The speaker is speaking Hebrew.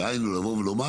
דהיינו לבוא ולומר